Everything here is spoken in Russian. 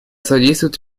содействует